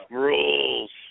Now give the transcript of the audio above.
rules